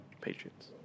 Patriots